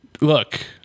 Look